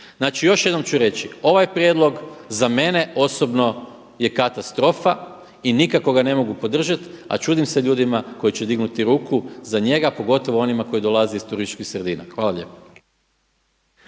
još jednom ću reći ovaj prijedlog za mene osobno je katastrofa i nikako ga ne mogu podržati, a čudim se ljudima koji će dignuti ruku za njega pogotovo onima koji dolaze iz turističkih sredina. Hvala lijepa.